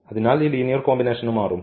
അതിനാൽ ഈ ലീനിയർ കോമ്പിനേഷനും മാറും